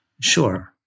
Sure